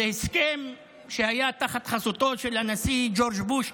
זה הסכם שהיה תחת חסותו של הנשיא ג'ורג' בוש,